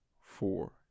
four